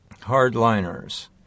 hardliners